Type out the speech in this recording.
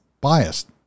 biased